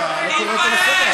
ברוטלית.